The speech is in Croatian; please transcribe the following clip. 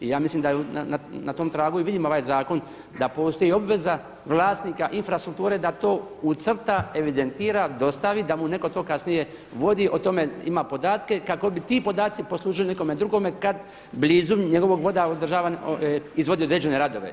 Ja mislim da na tom tragu i vidim ovaj zakon da postoji obveza vlasnika infrastrukture da to ucrta, evidentira, dostavi, da mu netko to kasnije vodi, o tome ima podatke kako bi ti podaci poslužili nekome drugome kad blizu njegovog voda izvodi određene radove.